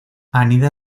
anida